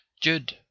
Jude